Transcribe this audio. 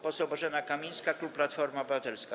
Poseł Bożena Kamińska, klub Platforma Obywatelska.